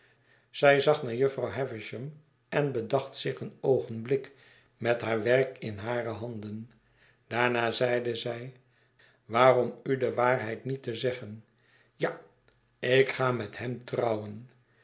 zij zag naar jufvrouw havisham en bedacht zich een oogenblik met haar werk in hare handen baarna zeide zij waarom u de waarheid niet te zeggen ja ik ga met hem trouwen